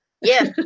yes